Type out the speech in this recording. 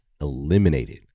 eliminated